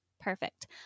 perfect